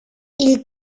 ils